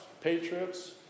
Patriots